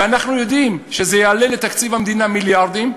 ואנחנו יודעים שזה יעלה לתקציב המדינה מיליארדים,